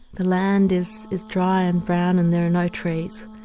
the land is is dry and brown and there are no trees.